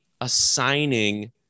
assigning